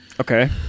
Okay